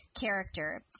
character